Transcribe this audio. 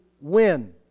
win